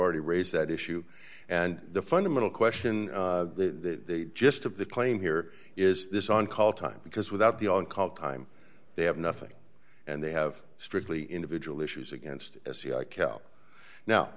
already raise that issue and the fundamental question the gist of the claim here is this on call time because without the on call time they have nothing and they have strictly individual issues against sci cal now